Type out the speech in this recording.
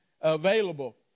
available